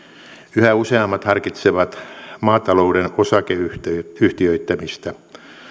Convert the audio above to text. yhä useammat harkitsevat maatalouden osakeyhtiöittämistä